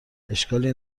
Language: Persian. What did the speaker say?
اشکالی